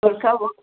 എവിടേക്കാണ് പോ